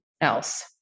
else